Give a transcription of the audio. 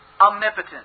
Omnipotent